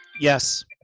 Yes